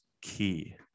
key